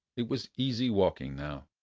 it was easy walking now.